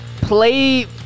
play